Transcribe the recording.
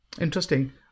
Interesting